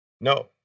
No